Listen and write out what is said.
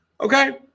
Okay